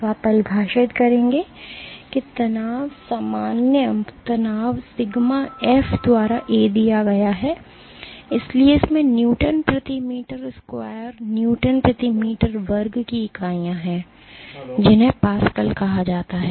तो आप परिभाषित करते हैं कि तनाव सामान्य तनाव सिग्मा एफ द्वारा ए दिया गया है इसलिए इसमें न्यूटन प्रति मीटर स्क्वायर न्यूटन प्रति मीटर वर्ग की इकाइयाँ हैं जिन्हें पास्कल कहा जाता है